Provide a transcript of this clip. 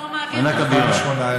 מענק הבירה.